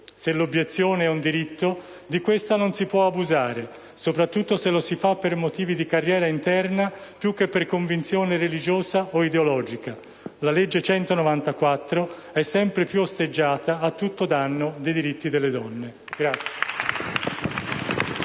se l'obiezione è un diritto, di esso non si può abusare, soprattutto se lo si fa per motivi di carriera interna, più che per convinzione religiosa o ideologica. La legge n. 194 è sempre più osteggiata, a tutto danno dei diritti delle donne.